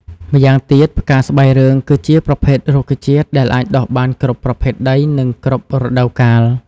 ម្យ៉ាងទៀតផ្កា ស្បៃរឿងគឺជាប្រភេទរុក្ខជាតិដែលអាចដុះបានគ្រប់ប្រភេទដី និងគ្រប់រដូវកាល។